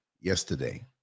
yesterday